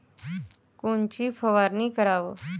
कोनची फवारणी कराव?